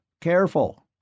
Careful